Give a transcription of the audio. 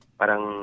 parang